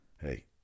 Hey